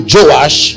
Joash